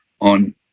on